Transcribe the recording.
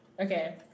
Okay